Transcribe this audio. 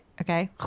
okay